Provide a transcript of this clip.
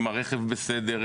אם הרכב בסדר,